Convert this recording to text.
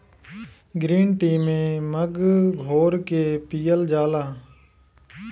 green tea में मध घोर के पियल जाला